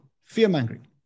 fear-mongering